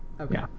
Okay